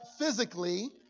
physically